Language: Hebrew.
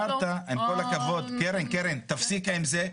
עם כל הכבוד, קרן, תפסיקי עם זה.